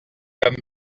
comme